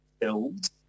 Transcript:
Build